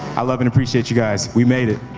i love and appreciate you guys, we made it.